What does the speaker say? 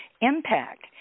impact